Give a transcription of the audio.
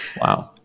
Wow